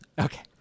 Okay